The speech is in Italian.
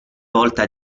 volta